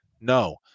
no